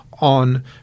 on